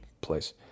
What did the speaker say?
place